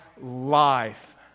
life